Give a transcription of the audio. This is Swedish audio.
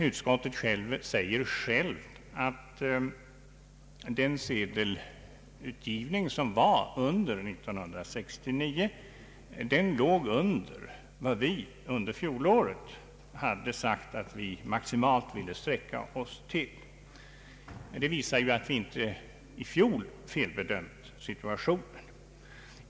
Utskottet säger självt att sedelutgivningen under 1969 låg under vad vi förra året hade sagt att vi maximalt ville sträcka oss till. Det visar ju att vi i fjol inte felbedömde situationen.